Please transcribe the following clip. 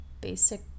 basic